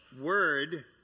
word